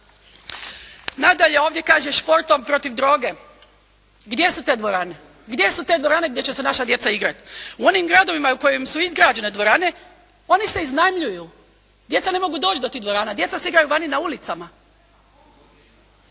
Nadalje. Ovdje kaže "Športom protiv droge!" Gdje su te dvorane? Gdje su te dvorane gdje će se naša djeca igrat? U onim gradovima u kojim su izgrađene dvorane, one se iznajmljuju. Djeca ne mogu doći do tih dvorana. Djeca se igraju vani na ulicama.